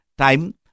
time